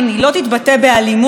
אבל חברות וחברים,